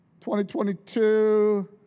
2022